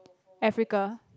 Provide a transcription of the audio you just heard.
Africa